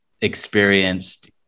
experienced